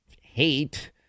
hate